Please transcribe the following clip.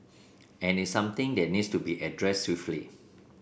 and it's something that needs to be addressed swiftly